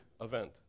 event